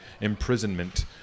imprisonment